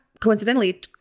coincidentally